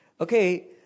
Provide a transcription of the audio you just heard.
okay